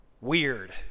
weird